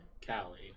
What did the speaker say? Cali